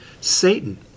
Satan